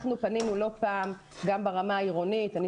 אנחנו פנינו לא פעם גם ברמה העירונית ומהרבה ישובים אחרים.